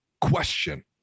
question